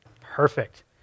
Perfect